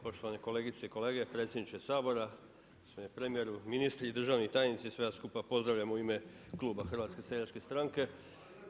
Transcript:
Poštovane kolegice i kolege, predsjedniče Sabora, gospodine premijeru, ministri, državni tajnici, sve vas skupa pozdravljam u ime kluba HSS-a.